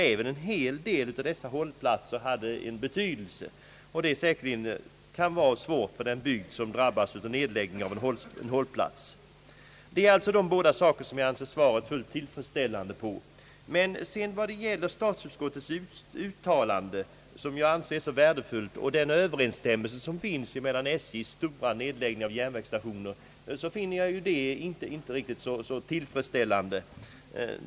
även en hel del av dessa hållplatser har betydelse — det kan säkerligen vålla svårigheter för den bygd som drabbas av nedläggning av en sådan hållplats. Det är i fråga om dessa båda saker som jag anser svaret fullt tillfredsställande. När det gäller statsutskottets uttalande — som jag anser mycket värdefullt — och överensstämmelsen däremellan och SJ:s stora nedläggning av järnvägsstationer finner jag däremot svaret inte tillfredsställande.